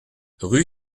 rue